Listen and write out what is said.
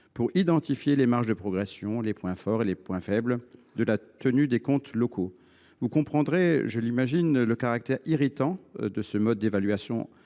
d’identifier les marges de progression, les points forts et les points faibles de la tenue des comptes locaux. Vous comprendrez, je l’imagine, le caractère irritant de ce mode d’évaluation